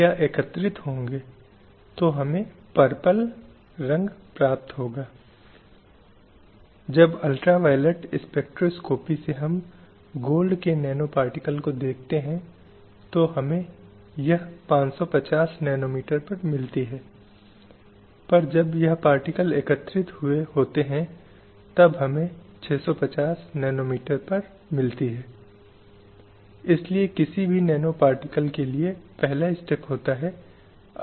यह सुनिश्चित करने की कोशिश करती है कि कोई भेदभाव नहीं है जो लिंग के आधार पर स्त्री और पुरुष के बीच मौजूद है या महिलाओं को अधिकारों से वंचित किया गया है